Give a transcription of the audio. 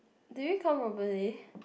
did you count properly